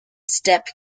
steppe